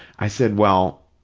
i said, well,